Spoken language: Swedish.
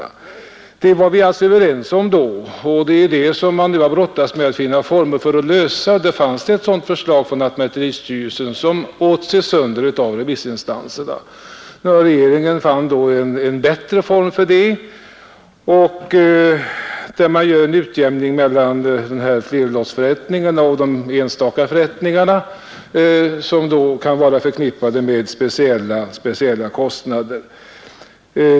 Detta var vi alltså överens om då. Man har nu brottats med uppgiften att finna former att lösa problemet. Det fanns ett sådant förslag från lantmäteristyrelsen, som emellertid maldes sönder av remissinstanserna. Regeringen fann då en bättre form, som innebär en utjämning mellan flerlottsförrättningarna och enstaka förrättningar, som då kan vara förknippade med speciella kostnader.